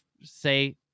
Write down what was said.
say